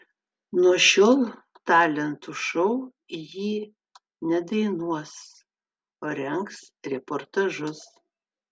nuo šiol talentų šou ji nedainuos o rengs reportažus